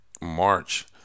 March